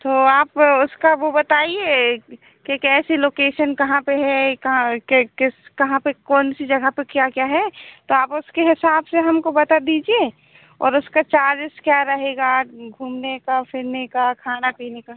तो आप उसका वो बताइए कि कैसी लोकेशन कहाँ पर है ये कहाँ कि किस कहाँ पर कौन सी जगह पर क्या क्या है तो आप उसके हिसाब से हमको बता दीजिए और उसका चार्जेस क्या रहेगा घूमने का फिरने का खाना पीने का